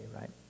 right